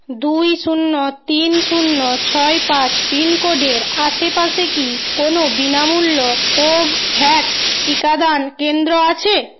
দুই শূন্য তিন শূন্য ছয় পাঁচ পিনকোডের আশেপাশে কি কোনও বিনামূল্য কোভভ্যাক্স টিকাদান কেন্দ্র আছে